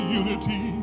unity